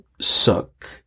suck